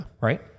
Right